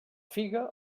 figa